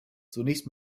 zunächst